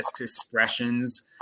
expressions